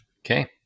Okay